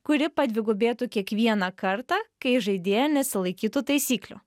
kuri padvigubėtų kiekvieną kartą kai žaidėja nesilaikytų taisyklių